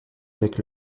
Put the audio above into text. avec